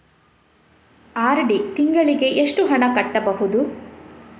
RD ತಿಂಗಳಿಗೆ ಎಷ್ಟು ಹಣ ಕಟ್ಟಬಹುದು?